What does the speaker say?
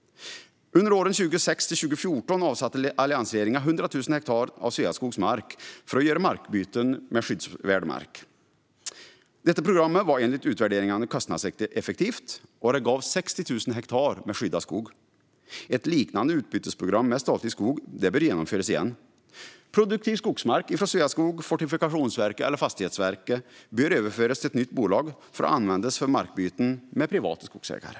Under åren 2006-2014 avsatte alliansregeringen 100 000 hektar av Sveaskogs mark för att göra markbyten mot skyddsvärd mark. Detta program var enligt utvärderingarna kostnadseffektivt och gav 60 000 hektar skyddad skog. Ett liknande utbytesprogram med statlig skog bör genomföras igen. Produktiv skogsmark från Sveaskog, Fortifikationsverket och Fastighetsverket bör överföras till ett nytt bolag för att användas för markbyten med privata skogsägare.